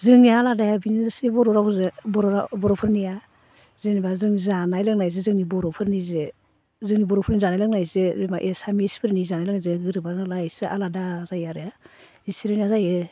जोंनि आलादाया बेनोसै बर' राव बर'फोरनिया जेनेबा जों जानाय लोंनाय जोंनि बर'फोरनि जे जोंनि बर'फोरनि जानाय लोंनाय जे जेनेबा एसामिसफोरनि जानाय लोंनायजों गोरोबा नालाय एसे आलादा जायो आरो इसोरनिया जायो